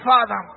Father